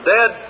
Dead